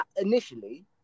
initially